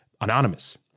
anonymous